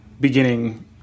beginning